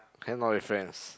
hang out with friends